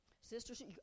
Sisters